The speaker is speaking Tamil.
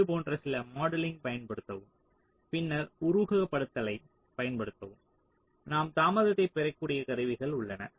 இது போன்ற சில மாடலிங் பயன்படுத்தவும் பின்னர் உருவகப்படுத்துதலைப் பயன்படுத்தவும் நாம் தாமதத்தைப் பெறக்கூடிய கருவிகள் உள்ளன